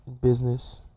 business